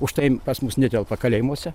už tai pas mus netelpa kalėjimuose